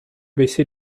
baissé